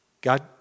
God